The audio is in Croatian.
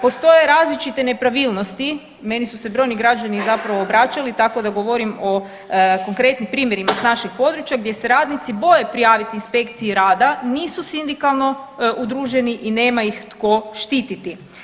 Postoje različite nepravilnosti, meni su se brojni građani zapravo obraćani tako da govorim o konkretnim primjerima s naših područja gdje se radnici boje prijaviti inspekciji rada nisu sindikalno udruženi i nema ih tko štititi.